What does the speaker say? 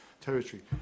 territory